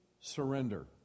surrender